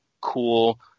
cool